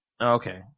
Okay